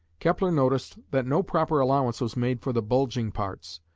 kepler noticed that no proper allowance was made for the bulging parts,